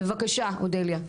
בבקשה, אודליה.